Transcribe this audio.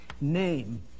name